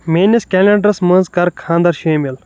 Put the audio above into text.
میٲنِس کلینڈرس منٛز کر خاندر شٲمل